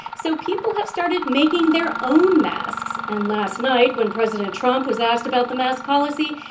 so people have started making their own masks. and last night, when president trump was asked about the mask policy,